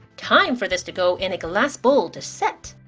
time for this to go in a glass bowl to set.